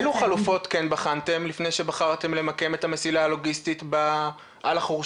אילו חלופות כן בחנתם לפני שבחרתם למקם את המסילה הלוגיסטית על החורשה?